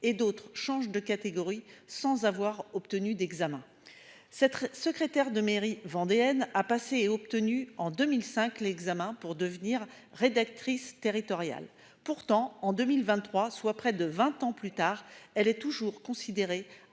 d'autres changent de catégorie sans avoir obtenu d'examen s'secrétaire de mairie vendéenne a passé et obtenu en 2005 l'examen pour devenir rédactrice territoriale pourtant en 2023, soit près de 20 ans plus tard, elle est toujours considérée